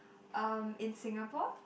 um in Singapore